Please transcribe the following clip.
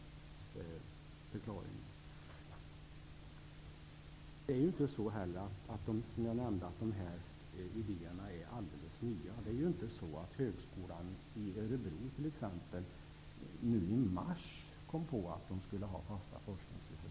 De här idéerna är inte heller, som jag nämnde, alldeles nya. Det är inte så att t.ex. Högskolan i Örebro i mars kom på att de skulle ha fasta forskningsresurser.